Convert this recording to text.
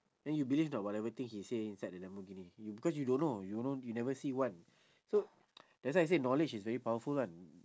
then you believe or not whatever thing he say inside the lamborghini you because you don't know you don't you never see one so that's why I say knowledge is very powerful [one]